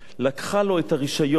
לקחה לו את רשיון